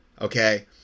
okay